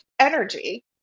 Energy